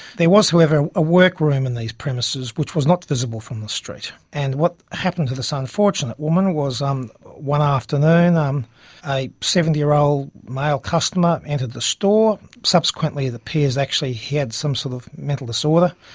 there was, however, a work room in these premises which was not visible from the street, and what happened to this unfortunate woman was, um one afternoon um a seventy year old male customer entered the store, subsequently it appears actually he had some sort of mental disorder,